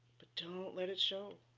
but don't let it show.